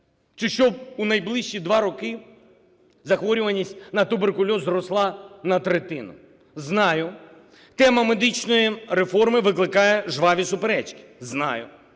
чи щоб у найближчі два роки захворюваність на туберкульоз зросла на третину. Знаю, тема медичної реформи викликає жваві суперечки, знаю.